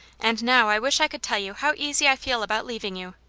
and now i wish i could tell you how easy i feel about leaving you.